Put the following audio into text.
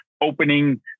opening